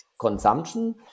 consumption